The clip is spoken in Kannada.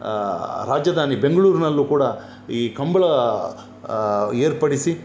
ರಾಜಧಾನಿ ಬೆಂಗ್ಳೂರಿನಲ್ಲೂ ಕೂಡ ಈ ಕಂಬಳ ಏರ್ಪಡಿಸಿ